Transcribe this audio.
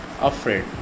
afraid